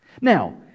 Now